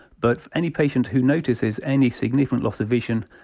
but any patient who notices any significant loss of vision,